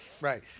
Right